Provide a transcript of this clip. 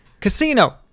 Casino